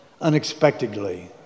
unexpectedly